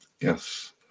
Yes